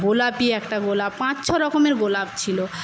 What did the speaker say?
গোলাপি একটা গোলাপ পাঁচ ছ রকমের গোলাপ ছিল